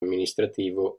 amministrativo